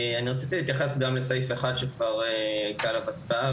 אני רציתי להתייחס גם לסעיף אחד שכבר הייתה עליו הצבעה